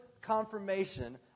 confirmation